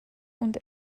und